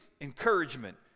encouragement